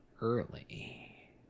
early